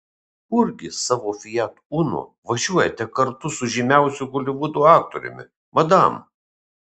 kurgi savo fiat uno važiuojate kartu su žymiausiu holivudo aktoriumi madam